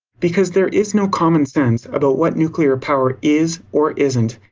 because there is no common sense about what nuclear power is or isn't.